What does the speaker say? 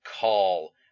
call